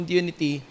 unity